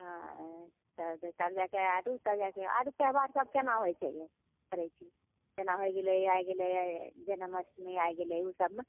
हँ तब जाके आरो तब जाके आरो त्यौहार सब केना होइ छै ये करै छी जेना होइ गेलै आइ गेलै जन्मष्टमी आबि गेलै ओ सबमे